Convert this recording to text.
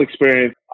experience